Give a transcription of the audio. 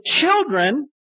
children